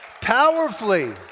powerfully